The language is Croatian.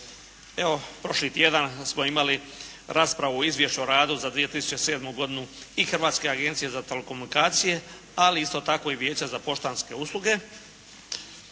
Evo, prošli tjedan smo imali raspravu o Izvješću o radu za 2007. godinu i Hrvatske agencije za telekomunikacije ali isto tako i Vijeća za poštanske usluge.